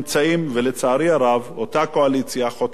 ולצערי הרב אותה קואליציה היא חותמת גומי.